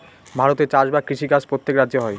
ভারতে চাষ বা কৃষি কাজ প্রত্যেক রাজ্যে হয়